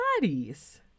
Bodies